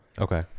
Okay